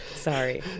Sorry